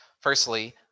Firstly